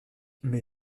mais